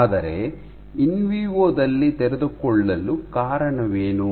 ಆದರೆ ಇನ್ವಿವೊ ದಲ್ಲಿ ತೆರೆದುಕೊಳ್ಳಲು ಕಾರಣವೇನು